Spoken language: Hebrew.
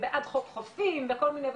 ובעד חוק חופים וכל מיני,